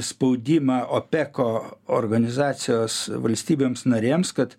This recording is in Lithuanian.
spaudimą opeko organizacijos valstybėms narėms kad